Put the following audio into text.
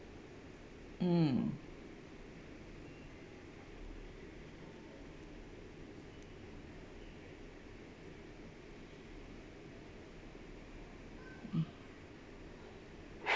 mm mm